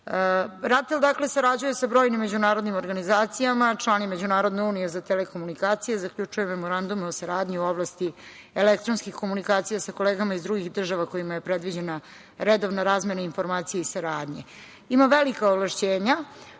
RATEL sarađuje sa brojnim međunarodnim organizacijama, član je Međunarodne unije za telekomunikacije, zaključuje Memorandum o saradnji u oblasti elektronskih komunikacija sa kolegama iz drugih država kojima je predviđena redovna razmena informacija i saradnje. Ima velika ovlašćenja,